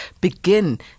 begin